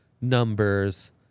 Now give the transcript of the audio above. numbers